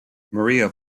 maria